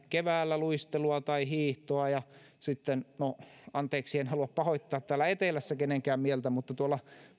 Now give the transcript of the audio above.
keväällä luistelua tai hiihtoa anteeksi en halua pahoittaa täällä etelässä kenenkään mieltä mutta tuolla